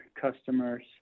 customers